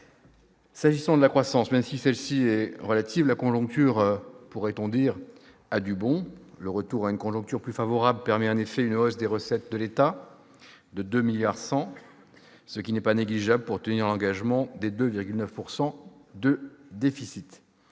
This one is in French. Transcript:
S'agissant de la croissance, même si celle-ci est relative, la conjoncture a du bon. Le retour à une conjoncture plus favorable permet en effet une hausse des recettes de l'État de 2,1 milliards d'euros, ce qui n'est pas négligeable pour tenir l'engagement des 2,9 % de déficit.